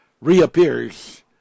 reappears